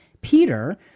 Peter